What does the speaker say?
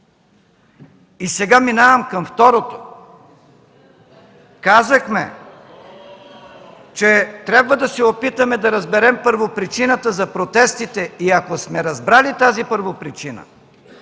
И сега минавам към второто. Казахме, че трябва да се опитаме да разберем първопричината за протестите и ако сме я разбрали, да видим